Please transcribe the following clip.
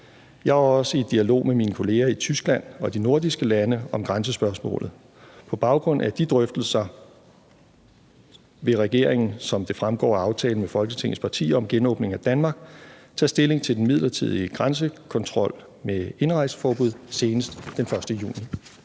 Jeg er også i dialog med mine kollegaer i Tyskland og de nordiske lande om grænsespørgsmålet. På baggrund af de drøftelser vil regeringen, som det fremgår af aftalen med Folketingets partier om genåbning af Danmark, tage stilling til den midlertidige grænsekontrol med indrejseforbud senest den 1. juni.